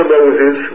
Moses